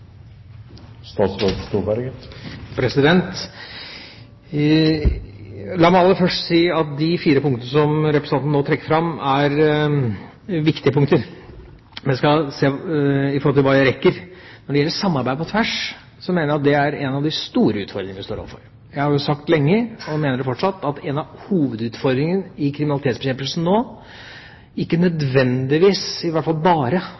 La meg aller først si at de fire punktene som representanten nå trekker fram, er viktige punkter, men jeg skal se hva jeg rekker. Når det gjelder samarbeid på tvers, mener jeg at det er en av de store utfordringene vi står overfor. Jeg har jo sagt lenge, og mener det fortsatt, at hovedutfordringene i kriminalitetsbekjempelsen nå ikke